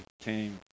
came